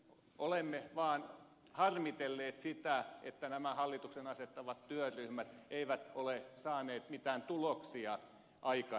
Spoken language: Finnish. olemme vaan harmitelleet sitä että nämä hallituksen asettamat työryhmät eivät ole saaneet mitään tuloksia aika